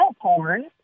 porn